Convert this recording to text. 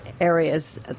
areas